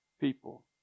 people